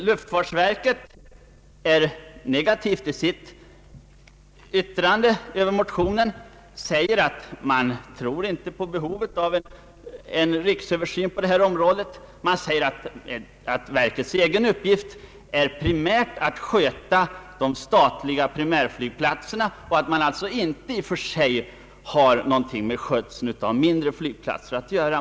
Luftfartsverket har en negativ inställning i sitt yttrande. Verket säger att man inte tror på behovet av en riksöversyn på detta område. Det framhålls att verkets uppgift är att sköta de statliga primärflygplatserna och alltså i och för sig inte har någonting med skötseln av mindre flygplatser att göra.